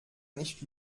nicht